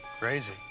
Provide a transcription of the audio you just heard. Crazy